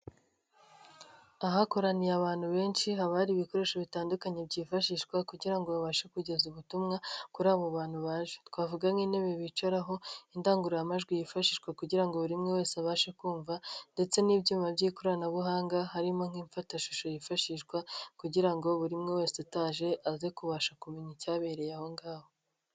Ahakoraniye abantu benshi haba hari ibikoresho bitandukanye byifashishwa kugira ngo babashe kugeza ubutumwa kuri abo bantu baje. Twavuga nk'intebe bicaraho, indangururamajwi yifashishwa kugira ngo buri umwe wese abashe kumva ndetse n'ibyuma by'ikoranabuhanga harimo nk'ibifata amashusho yifashishwa kugira ngo buri umwe wese utaje aze kubasha kumenya icyabereye ahongaho.